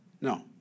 No